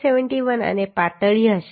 7l અને પાતળી હશે